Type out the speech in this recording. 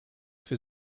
für